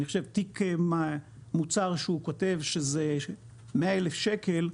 אני חושב תיק מוצר שהוא כותב שזה 100,000 שקלים.